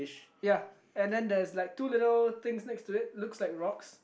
ya and there's like two little things next to it looks like rocks